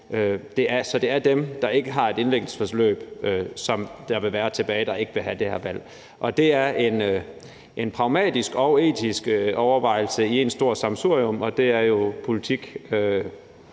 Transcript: Så det er dem, der ikke har et indlæggelsesforløb, som ikke vil have det her valg. Det er en pragmatisk og etisk overvejelse i ét stort sammensurium, og det er jo politik,